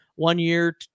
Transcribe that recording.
one-year